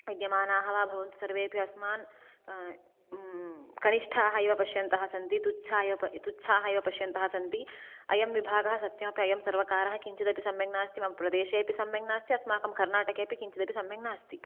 विद्यमानाः वा भवन्तु सर्वेपि अस्मान् कनिष्ठाः इव पश्यन्तः सन्ति तुच्छा तुच्छाः इव पश्यन्तः सन्ति अयं विभागः सत्यतया अयं सर्वकारः किञ्चिदपि सम्यक् नास्ति मम प्रदेशेपि सम्यक् नास्ति अस्माकं कर्णाटकेपि किञ्चिदपि सम्यक् नास्ति